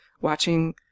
watching